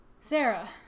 sarah